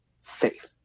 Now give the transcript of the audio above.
safe